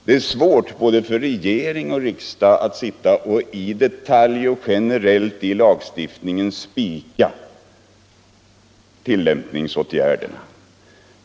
Det är svårt både för regeringen och för riksdagen att i lagstiftningen i detalj och generellt fastställa tillämpningsföreskrifterna.